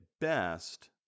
best